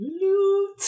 Loot